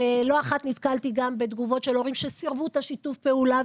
לא אחת נתקלתי גם בתגובות של הורים שסירבו לשתף פעולה.